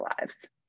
lives